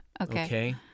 Okay